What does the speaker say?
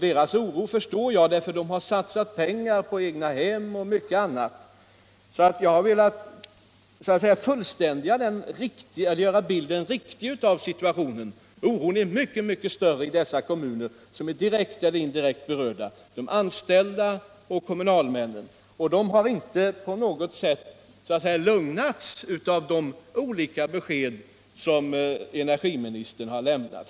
Jag förstår deras oro, för de har satsat pengar på egna hem och mycket annat. Jag har velat göra bilden av situationen riktig. Oron är mycket större i de kommuner som är direkt eller indirekt berörda. De anställda och kommunalmännen har inte på något sätt lugnats av de olika besked som energiministern har lämnat.